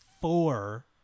four